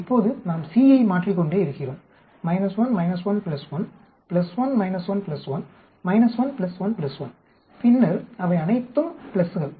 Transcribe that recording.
இப்போது நாம் C யை மாற்றிக்கொண்டே இருக்கிறோம் 1 1 1 1 1 1 1 1 1 பின்னர் அவை அனைத்தும் பிளஸ்கள்